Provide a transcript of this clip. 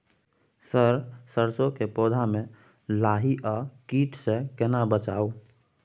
Sir सरसो के पौधा में लाही आ कीट स केना बचाऊ?